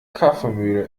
kaffeemühle